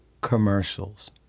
commercials